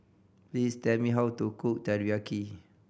please tell me how to cook Teriyaki